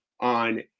on